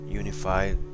unified